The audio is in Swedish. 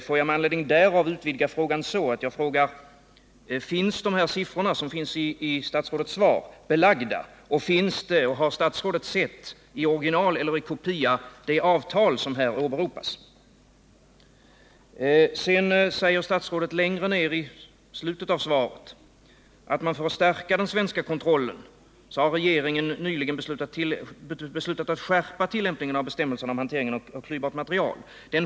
Får jag med anledning därav utvidga frågan: Finns de här siffrorna i statsrådets svar belagda, och finns det och har statsrådet sett i original eller i kopia det avtal som här åberopas? Sedan säger statsrådet i slutet av svaret: ”För att stärka den svenska kontrollen har regeringen nyligen beslutat att skärpa tillämpningen av bestämmelserna om hanteringen av klyvbart material.